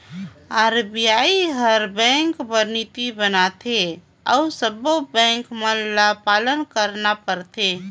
RBI हर bank बर नीति बनाथे अउ सब्बों बेंक मन ल पालन करना परथे